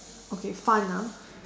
okay fun ah